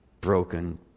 broken